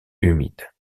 humide